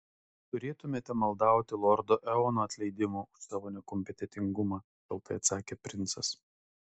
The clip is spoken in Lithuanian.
turėtumėte maldauti lordo eono atleidimo už savo nekompetentingumą šaltai atsakė princas